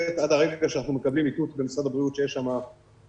עד לרגע שאנחנו מקבלים עדכון במשרד שיש תוצאה.